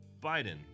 Biden